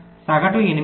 సగటు 8